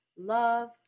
love